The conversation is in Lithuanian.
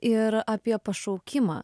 ir apie pašaukimą